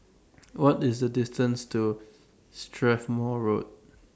What IS The distance to Strathmore Road